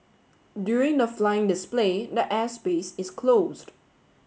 during the flying display the air space is closed